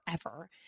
forever